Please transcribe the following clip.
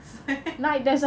是 meh